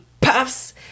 puffs